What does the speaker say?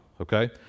Okay